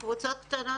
את הכיתות הקטנות.